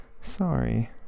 Sorry